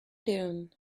dune